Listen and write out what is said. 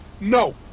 No